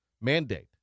mandate